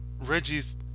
Reggie's